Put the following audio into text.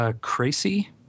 crazy